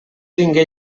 tingué